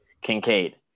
Kincaid